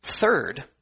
Third